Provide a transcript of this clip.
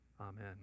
Amen